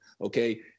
Okay